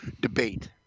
debate